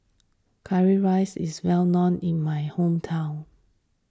Currywurst is well known in my hometown